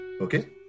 Okay